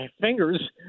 fingers